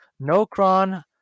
Nocron